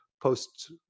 post